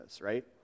right